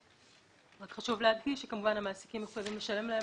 רק חשוב להדגיש שכמובן המעסיקים מחויבים לשלם להם